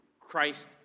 Christ